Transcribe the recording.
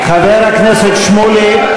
חבר הכנסת שמולי.